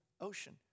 ocean